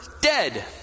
dead